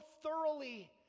thoroughly